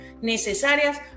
necesarias